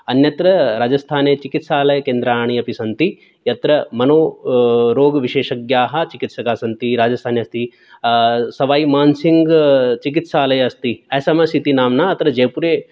अन्यत्र राजस्थाने चिकित्सालयकेन्द्राणि अपि सन्ति यत्र मनो रोगविशेषज्ञाः चिकित्सकाः सन्ति राजस्थाने अस्ति सवैमानसिंघचिकित्सालयः अस्ति एस् एम् एस् इति नाम्ना अत्र जयपुरे